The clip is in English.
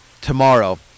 tomorrow